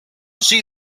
see